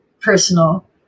personal